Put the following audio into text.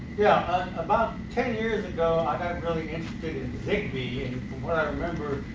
yeah about ten years ago, i got really interested in zigbee. and from what i remember,